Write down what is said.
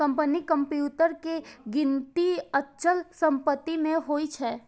कंपनीक कंप्यूटर के गिनती अचल संपत्ति मे होइ छै